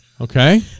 Okay